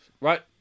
Right